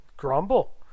grumble